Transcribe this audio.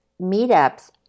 meetups